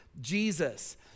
Jesus